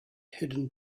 hidden